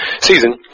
season